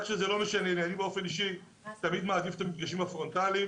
אני באופן אישי תמיד מעדיף את המפגשים הפרונטליים